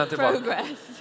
progress